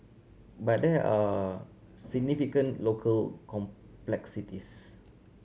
but there are significant local complexities